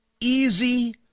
Easy